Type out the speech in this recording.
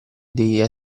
dei